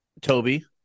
Toby